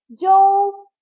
Joe